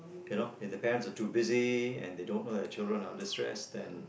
you know if the parents are too busy and they don't know their children are under stress then